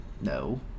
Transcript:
no